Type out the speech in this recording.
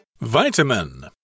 Vitamin